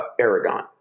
Aragon